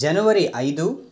జనవరి ఐదు